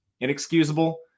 inexcusable